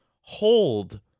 hold